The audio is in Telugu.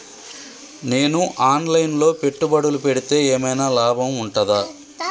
నేను ఆన్ లైన్ లో పెట్టుబడులు పెడితే ఏమైనా లాభం ఉంటదా?